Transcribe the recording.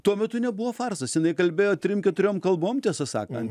tuo metu nebuvo farsas jinai kalbėjo trim keturiom kalbom tiesą sakant